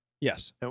Yes